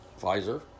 Pfizer